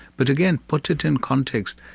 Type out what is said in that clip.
but again, put it in context.